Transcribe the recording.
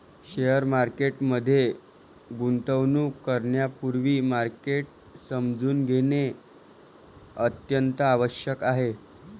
share market मध्ये गुंतवणूक करण्यापूर्वी मार्केट समजून घेणे अत्यंत आवश्यक आहे